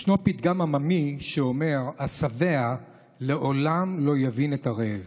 ישנו פתגם עממי שאומר: השבע לעולם לא יבין את הרעב.